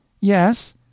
Yes